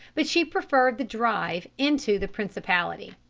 but she preferred the drive into the principality.